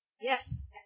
Yes